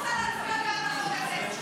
זאת האמת.